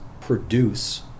produce